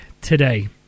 today